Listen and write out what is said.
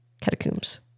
catacombs